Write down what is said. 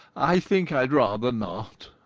i think i'd rather not,